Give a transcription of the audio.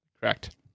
Correct